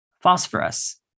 phosphorus